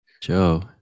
Joe